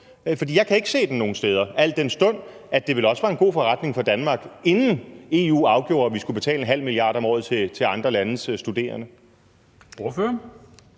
jeg kan ikke se den nogen steder, al den stund at det vel også var en god forretning for Danmark, inden EU afgjorde, at vi skulle betale 0,5 mia. om året til andre landes studerende.